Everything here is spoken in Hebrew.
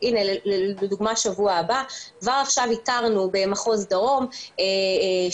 לדוגמה בשבוע הבא כבר עכשיו איתרנו במחוז דרום ברמת